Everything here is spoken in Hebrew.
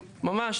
ממש,